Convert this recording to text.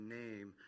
name